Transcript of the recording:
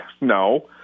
No